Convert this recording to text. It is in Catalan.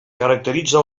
caracteritza